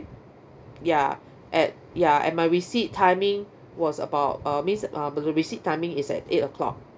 ya at ya and my receipt timing was about uh means uh the receipt timing is at eight O'clock